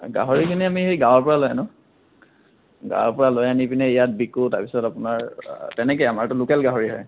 গাহৰিখিনি আমি গাঁৱৰ পৰা লৈ আনোঁ গাঁৱৰ পৰা লৈ আনি পিনি ইয়াত বিকো তাৰপিছত আপোনাৰ তেনেকেই আমাৰটো লোকেল গাহৰি হয়